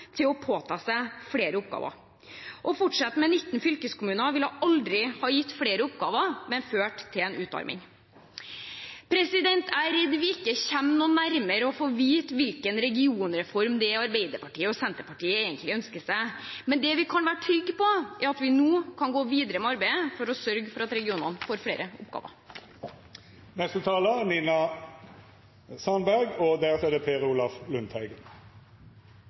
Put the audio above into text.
til å påta seg flere oppgaver. Å fortsette med 19 fylkeskommuner ville aldri ha gitt flere oppgaver, men ført til en utarming. Jeg er redd vi ikke kommer noe nærmere å få vite hvilken regionreform Arbeiderpartiet og Senterpartiet egentlig ønsker seg. Men det vi kan være trygge på, er at vi nå kan gå videre med arbeidet for å sørge for at regionene får flere oppgaver. Viken ble vedtatt her i juni mot et betydelig mindretall. I dag har Stortinget en mulighet til å oppheve det